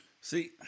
See